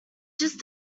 just